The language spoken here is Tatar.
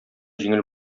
җиңел